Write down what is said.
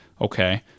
okay